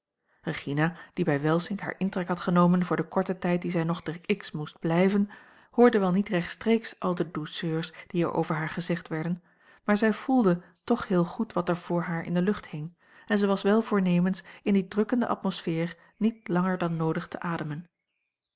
regina die bij welsink haar intrek had genomen voor den korten tijd dien zij nog te x moest blijven hoorde wel niet rechtstreeks al de douceurs die er over haar gezegd werden maar zij voelde toch heel goed wat er voor haar in de lucht hing en zij was wel voornemens in die drukkende atmosfeer niet langer dan noodig te ademen